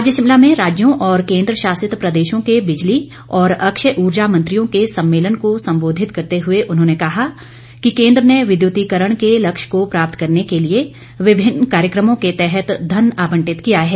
आज शिमला में राज्यों और केन्द्र शासित प्रदेशों के बिजली और अक्षय ऊर्जा मंत्रियों के सम्मेलन को सम्बोधित करते हए उन्होंने कहा कि केन्द्र ने विद्युतीकरण के लक्ष्य को प्राप्त करने के लिए विभिन्न कार्यक्रमों के तहत धन आवंटित किया है